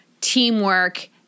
teamwork